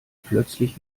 plötzlich